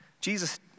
Jesus